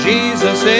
Jesus